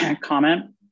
comment